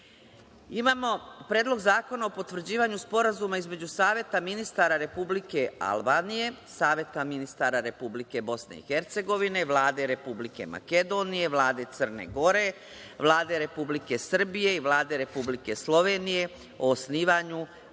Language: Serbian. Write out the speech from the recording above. loš. Imamo Predlog zakona o potvrđivanju Sporazuma između Saveta ministara Republike Albanije, Saveta ministara Republike Bosne i Hercegovine, Vlade Republike Makedonije, Vlade Crne Gore, Vlade Republike Srbije i Vlade Republike Slovenije o osnivanju